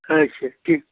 अच्छा ठीक